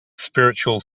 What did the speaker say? spiritual